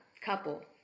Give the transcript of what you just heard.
couple